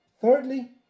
Thirdly